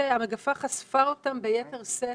והמגפה חשפה אותם ביתר שאת